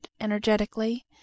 energetically